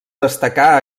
destacà